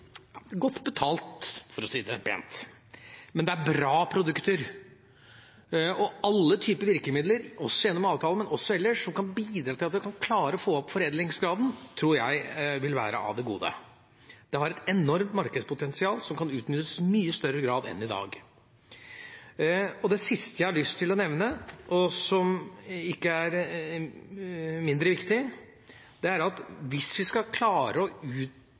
godt betalt, for å si det pent. Men det er bra produkter. Alle typer virkemidler, gjennom avtalen, men også ellers, som kan bidra til at vi kan klare å få opp foredlingsgraden, tror jeg vil være av det gode. Det har et enormt markedspotensial som kan utnyttes i mye større grad enn i dag. Det siste jeg har lyst til å nevne, og som ikke er mindre viktig, er at hvis vi skal klare å